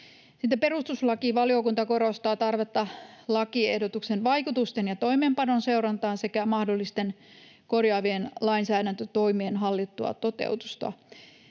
perustuslakivaliokunta korostaa tarvetta lakiehdotuksen vaikutusten ja toimeenpanon seurantaan sekä mahdollisten korjaavien lainsäädäntötoimien hallittua toteutusta.